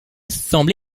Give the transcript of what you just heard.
semble